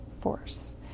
force